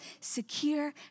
secure